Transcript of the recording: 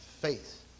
faith